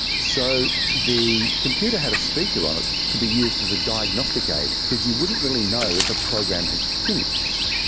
so the computer had a speaker on it to be used as a diagnostic aid because you wouldn't really know if a program had finished.